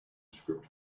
script